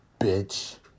bitch